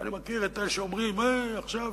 אני מכיר את אלה שאומרים: אה, עכשיו